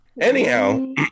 Anyhow